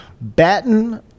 Batten